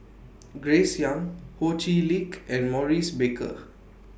Grace Young Ho Chee Lick and Maurice Baker